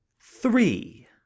three